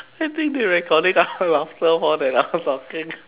I think they recording our laughter more than our talking